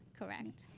correct?